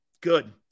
Good